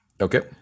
Okay